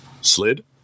slid